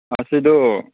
ꯉꯁꯤꯗꯨ